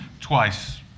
twice